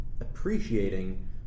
appreciating